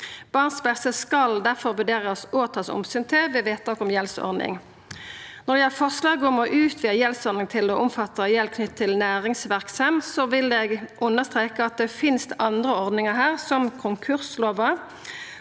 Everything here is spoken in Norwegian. Barns beste skal difor vurderast og takast omsyn til ved vedtak om gjeldsordning. Når det gjeld forslaget om å utvida gjeldsordninga til å omfatta gjeld knytt til næringsverksemd, vil eg understreka at det finst andre ordningar her, som konkurslova.